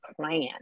plan